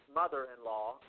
mother-in-law